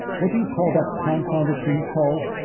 what did you call the confounded things, paul?